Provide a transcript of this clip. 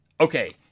okay